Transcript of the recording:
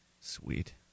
Sweet